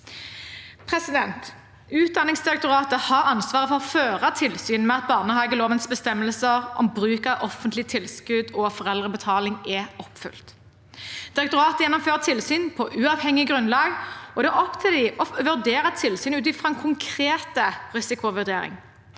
ungene. Utdanningsdirektoratet har ansvaret for å føre tilsyn med at barnehagelovens bestemmelser om bruk av offentlige tilskudd og foreldrebetaling er oppfylt. Direktoratet gjennomfører tilsyn på uavhengig grunnlag, og det er opp til dem å vurdere tilsyn ut fra en konkret risikovurdering.